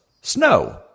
snow